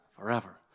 forever